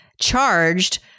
charged